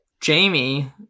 Jamie